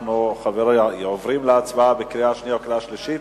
אנחנו עוברים להצבעה בקריאה שנייה ובקריאה שלישית.